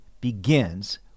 begins